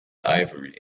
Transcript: ivory